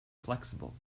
flexible